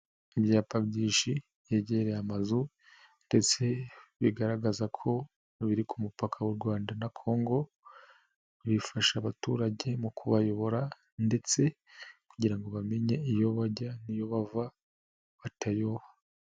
Ibyapa byinshi, byegereye amazu ndetse bigaragaza ko biri ku mupaka w'u Rwanda na Congo, bifasha abaturage mu kubayobora ndetse kugira ngo bamenye iyo bajya n'iyo bava batayoha.